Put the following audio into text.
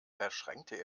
verschränkte